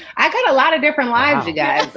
i got a lot of different lives. guys,